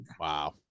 wow